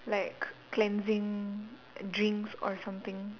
like c~ cleansing drinks or something